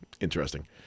interesting